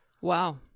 Wow